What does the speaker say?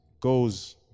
goes